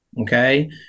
Okay